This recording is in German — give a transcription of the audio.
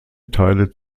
teile